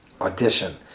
audition